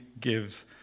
gives